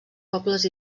pobles